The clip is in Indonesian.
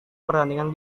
pertandingan